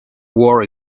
war